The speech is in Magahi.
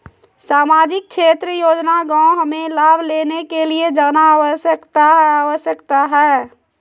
सामाजिक क्षेत्र योजना गांव हमें लाभ लेने के लिए जाना आवश्यकता है आवश्यकता है?